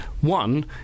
one